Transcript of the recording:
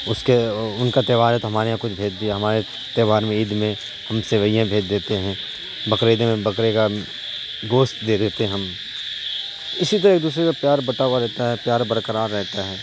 اس کے ان کا تہوار ہے تو ہمارے یہاں کچھ بھیج دیا ہمارے تہوار میں عید میں ہم سویاں بھیج دیتے ہیں بقرعید میں بکرے کا گوشت دے دیتے ہیں ہم اسی طرح ایک دوسرے کا پیار بٹا ہوا رہتا ہے پیار برقرار رہتا ہے